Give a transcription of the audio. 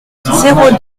zéro